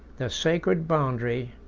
the sacred boundary,